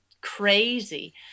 crazy